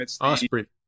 Osprey